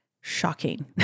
shocking